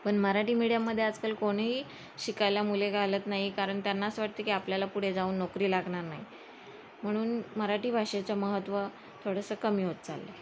पण मराठी मीडियममध्ये आजकाल कोणीही शिकायला मुले घालत नाही कारण त्यांना असं वाटतं की आपल्याला पुढे जाऊन नोकरी लागणार नाही म्हणून मराठी भाषेचं महत्त्व थोडंसं कमी होत चाललं आहे